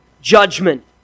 judgment